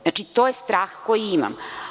Znači, to je strah koji imam.